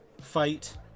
fight